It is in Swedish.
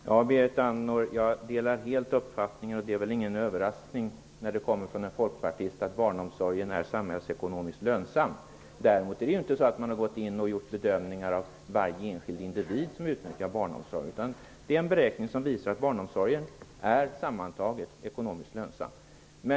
Fru talman! Jag delar helt uppfattningen - det är väl ingen överraskning när det gäller en folkpartist - att barnomsorgen är samhällsekonomiskt lönsam. Däremot har man inte gjort bedömningar av varje enskild individ som utnyttjar barnomsorgen. Beräkningarna visar att barnomsorgen sammantaget är ekonomiskt lönsam.